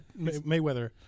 Mayweather